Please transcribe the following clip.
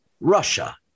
Russia